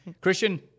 Christian